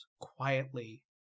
quietly